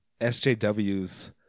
SJWs